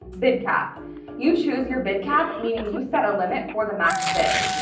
bid cap you choose your bid cap, meaning you set a limit for the max bid.